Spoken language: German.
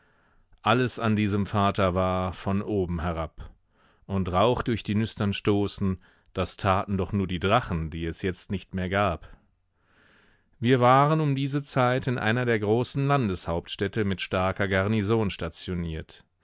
alles an diesem vater war von oben herab und rauch durch die nüstern stoßen das taten doch nur die drachen die es jetzt nicht mehr gab wir waren um diese zeit in einer der großen landeshauptstädte mit starker garnison stationiert